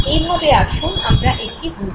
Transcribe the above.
এইভাবে আসুন আমরা এটি বুঝি